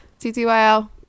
TTYL